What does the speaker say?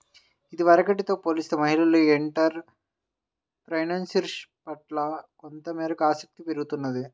ఇదివరకటితో పోలిస్తే మహిళలకు ఎంటర్ ప్రెన్యూర్షిప్ పట్ల కొంతమేరకు ఆసక్తి పెరుగుతున్నది